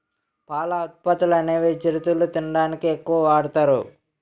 పాల ఉత్పత్తులనేవి చిరుతిళ్లు తినడానికి ఎక్కువ వాడుతారు